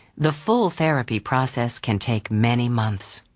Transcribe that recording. the full therapy process can take many months.